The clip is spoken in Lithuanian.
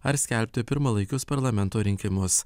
ar skelbti pirmalaikius parlamento rinkimus